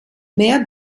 mehr